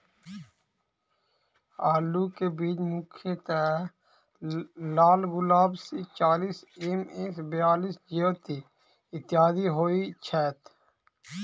आलु केँ बीज मुख्यतः लालगुलाब, सी चालीस, एम.एस बयालिस, ज्योति, इत्यादि होए छैथ?